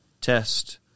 test